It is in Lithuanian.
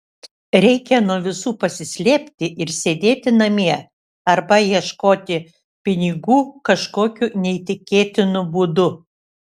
reikia nuo visų pasislėpti ir sėdėti namie arba ieškoti pinigų kažkokiu neįtikėtinu būdu